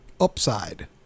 upside